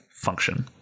function